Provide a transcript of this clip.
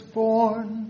born